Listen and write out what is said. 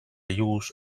use